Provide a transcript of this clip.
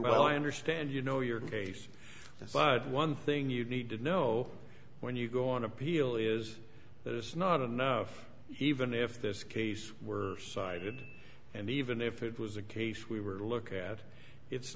well i understand you know your case but one thing you need to know when you go on appeal is that it's not enough even if this case were cited and even if it was a case we were to look at it's